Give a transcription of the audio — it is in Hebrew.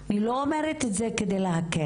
אני לא אומרת את זה כדי להקל,